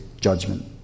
judgment